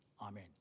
Amen